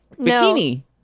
Bikini